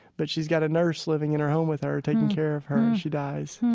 but she's got a nurse living in her home with her, taking care of her as she dies.